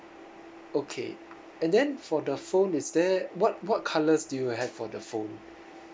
okay and then for the phone is there what what colours do you have for the phone